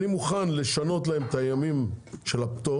אני מוכן לשנות להם את ימי הפטור,